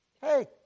Hey